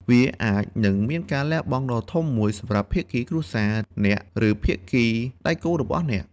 វាអាចនឹងមានការលះបង់ដ៏ធំមួយសម្រាប់ភាគីគ្រួសារអ្នក ឬភាគីដៃគូរបស់អ្នក។